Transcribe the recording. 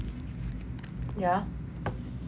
yeah